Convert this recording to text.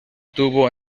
tuvo